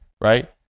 right